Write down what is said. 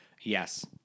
yes